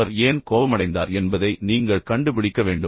அவர் ஏன் கோபமடைந்தார் என்பதை நீங்கள் கண்டுபிடிக்க வேண்டும்